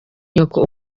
nyoko